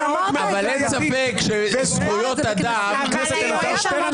אין ספק שזכויות אדם -- חבר הכנסת אלעזר שטרן,